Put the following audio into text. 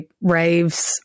raves